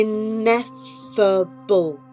Ineffable